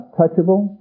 touchable